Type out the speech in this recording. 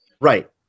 Right